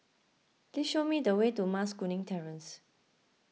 please show me the way to Mas Kuning Terrace